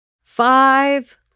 Five